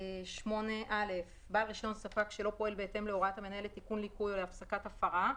גז שלא פועל בהתאם להוראת המנהל לתיקון ליקוי או להפסקת הפרה,